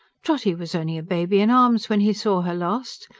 trotty was only a baby in arms when he saw her last.